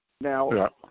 Now